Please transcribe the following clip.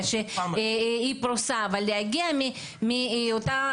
18 במאי 2022